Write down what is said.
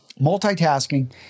multitasking